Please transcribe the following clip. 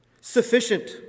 sufficient